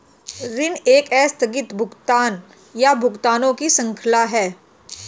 ऋण एक आस्थगित भुगतान, या भुगतानों की श्रृंखला है